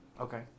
Okay